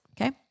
Okay